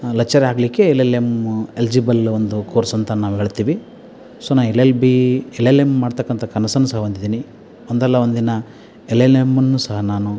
lecture ಆಗಲಿಕ್ಕೆ L L M eligible ಒಂದು course ಅಂತ ನಾವು ಹೇಳ್ತೀವಿ ಸೊ ನಾ L L B L L M ಮಾಡ್ತಕ್ಕಂತ ಕನಸನ್ನು ಸಹ ಹೊಂದಿದ್ದೀನಿ ಒಂದಲ್ಲ ಒಂದು ದಿನ ಎಲ್ ಎಲ್ ಎಮ್ಮನ್ನು ಸಹ ನಾನು